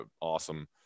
awesome